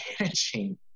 managing